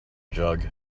jug